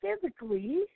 physically